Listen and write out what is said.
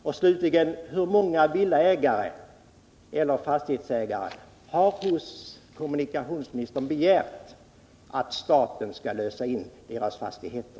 Och slutligen: Hur många villaägare eller fastighetsägare har hos kommunikationsministern begärt att staten skall lösa in deras fastigheter?